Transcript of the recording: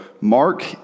Mark